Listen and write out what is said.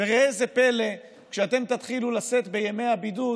וראה זה פלא, כשאתם תתחילו לשאת בימי הבידוד,